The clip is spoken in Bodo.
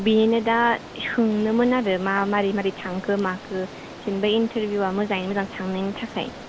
बिनिनो दा सोंनो मोन आरो मारै मारैै थांखो जेनोबा इनथारबिउआ मोजां थांनायनि थाखाय